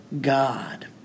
God